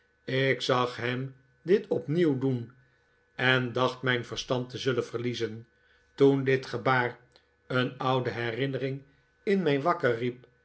ik zag hem dit opnieuw doen en dacht mijn verstand te zullen verliezen toen dit gebaar een oude herinnering in mij wakker riep